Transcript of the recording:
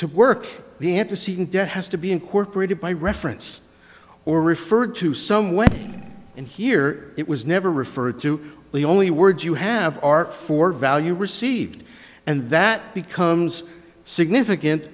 to work the antecedent debt has to be incorporated by reference or referred to somewhere in here it was never referred to the only words you have are for value received and that becomes significant